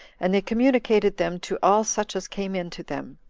and they communicated them to all such as came in to them.